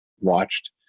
watched